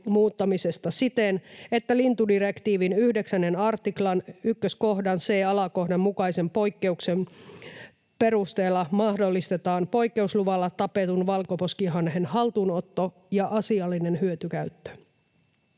muuttamisesta siten, että lintudirektiivin 9 artiklan ykköskohdan c-alakohdan mukaisen poik-keuksen perusteella mahdollistetaan poikkeusluvalla tapetun valkoposkihanhen haltuunotto ja asiallinen hyötykäyttö.